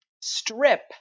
strip